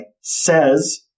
says